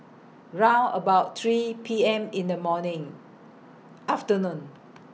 round about three P M in The morning afternoon